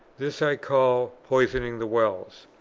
this i call poisoning the wells.